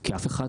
כי אף אחד